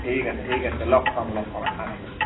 ঠিক আছে ঠিক আছে লগ পাম লগ পাম আশা থাকিল